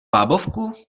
bábovku